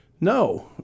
no